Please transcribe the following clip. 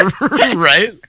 right